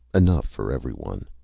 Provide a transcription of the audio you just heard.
enough for everyone!